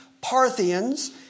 Parthians